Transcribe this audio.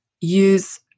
use